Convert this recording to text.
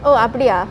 oh